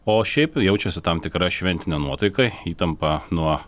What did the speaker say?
o šiaip jaučiasi tam tikra šventinė nuotaika įtampa nuo